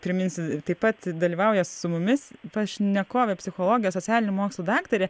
priminsiu taip pat dalyvauja su mumis pašnekovė psichologė socialinių mokslų daktarė